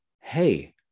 hey